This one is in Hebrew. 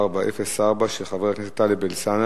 שאילתא מס' 1404, של חבר הכנסת טלב אלסאנע,